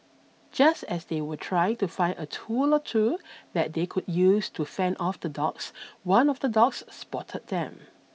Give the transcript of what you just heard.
just as they were trying to find a tool or two that they could use to fend off the dogs one of the dogs spotted them